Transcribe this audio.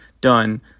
done